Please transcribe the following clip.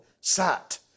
sat